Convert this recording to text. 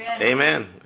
amen